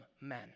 men